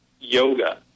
yoga